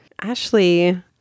Ashley